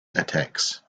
attacks